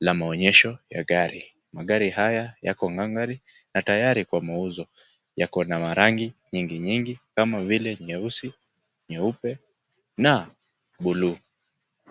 la maonyesho ya gari. Magari haya yako gangare na tayari kwa mauzo. Yako na marangi nyingi nyingi kama vile nyeusi, nyeupe na buluu.